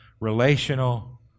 relational